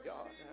God